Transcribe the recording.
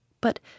but